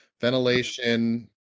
ventilation